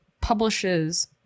publishes